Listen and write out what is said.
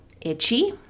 itchy